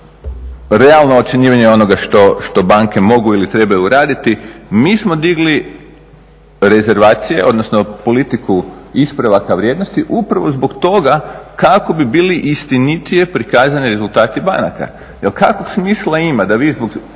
realno ocjenjivanje onoga što banke mogu ili trebaju raditi, mi smo digli rezervacije, odnosno politiku ispravaka vrijednosti upravo zbog toga kako bi bili istinitije prikazani rezultati banaka jer kakvog … da vi zbog